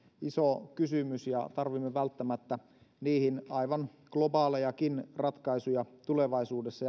iso kysymys ja tarvitsemme välttämättä niihin aivan globaalejakin ratkaisuja tulevaisuudessa